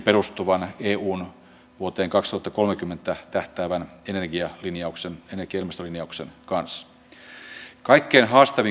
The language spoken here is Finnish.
se merkitsee sitä että nyt ei ole otsikoita että veroprosenttia nostettaisiin tai lomauteltaisiin